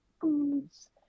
foods